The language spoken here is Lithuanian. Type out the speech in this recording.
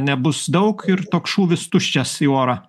nebus daug ir toks šūvis tuščias į orą